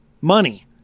money